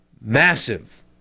massive